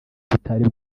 tutari